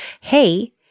hey